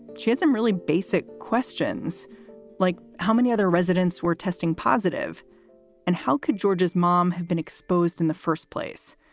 chiasm really basic questions like how many other residents were testing positive and how could georgia's mom have been exposed in the first place?